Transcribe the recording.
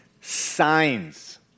signs